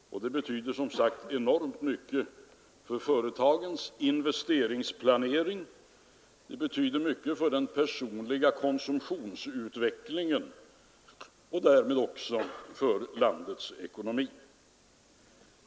Det betyder enormt mycket för företagens investeringsplanering, det betyder mycket för den personliga konsumtionsutvecklingen och därmed också för landets ekonomi.